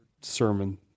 sermon